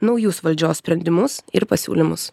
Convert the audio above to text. naujus valdžios sprendimus ir pasiūlymus